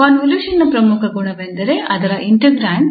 convolution ನ ಪ್ರಮುಖ ಗುಣವೆಂದರೆ ಅದರ ಇಂಟೆಗ್ರ್ಯಾಂಡ್